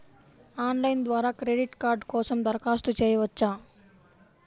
Online ద్వారా credit card కోసం దరఖాస్తు చేయవచ్చా?